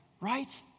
Right